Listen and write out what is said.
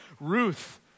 Ruth